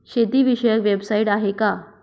शेतीविषयक वेबसाइट आहे का?